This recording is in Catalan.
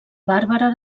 bàrbara